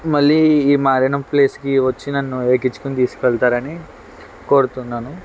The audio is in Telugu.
మళ్ళీ ఈ ఈ మారిన ప్లేస్కి వచ్చి నన్ను ఎక్కించుకుని తీసుకువెళ్తారని కోరుతున్నాను